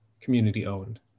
community-owned